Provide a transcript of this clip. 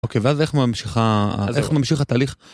אוקיי ואז איך ממשיכה.. אז איך ממשיך התהליך.